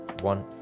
one